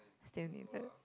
still need a